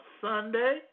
Sunday